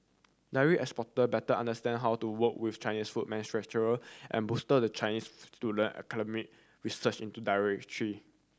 dairy exporter better understand how to work with Chinese food manufacturer and bolster the Chinese student academic research into dairy tree